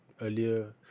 earlier